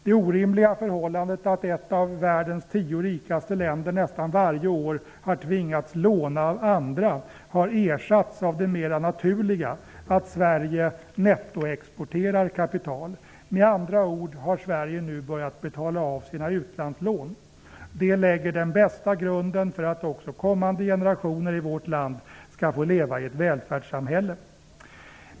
Det orimliga förhållandet att ett av världens tio rikaste länder nästan varje år har tvingats låna av andra har ersatts av det mer naturliga att Sverige nettoexporterar kapital. Med andra ord har Sverige nu börjat betala av sina utlandslån. Det lägger den bästa grunden för att även kommande generationer i vårt land skall få leva i ett välfärdssamhälle.